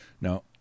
Now